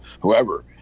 whoever